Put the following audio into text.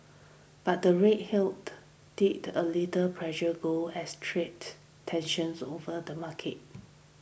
but the rate healed did a little pressure gold as trade tensions over the market